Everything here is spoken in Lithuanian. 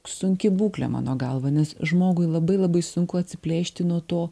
sunki būklė mano galva nes žmogui labai labai sunku atsiplėšti nuo to